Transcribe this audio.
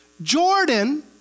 Jordan